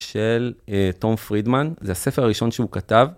של תום פרידמן, זה הספר הראשון שהוא כתב.